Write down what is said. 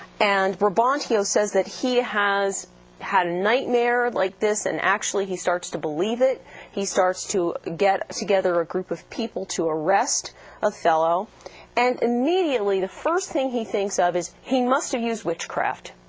and brabantio says that he has had a nightmare like this and actually he starts to believe it he starts to get together a group of people to arrest othello and immediately the first thing he thinks of is he must have used witchcraft.